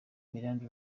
miranda